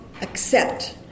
accept